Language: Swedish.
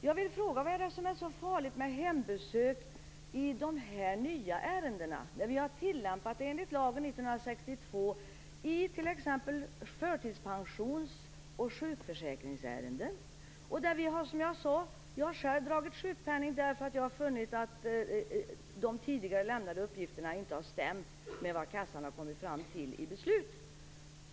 Jag vill fråga: Vad är det som är så farligt med hembesök i dessa nya ärenden, när vi har tillämpat det enligt lag från 1962 i t.ex. förtidspensions och sjukförsäkringsärenden? Jag har själv dragit sjukpenning därför att jag har funnit att de tidigare lämnade uppgifterna inte har stämt med vad kassan har kommit fram till i beslut.